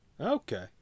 Okay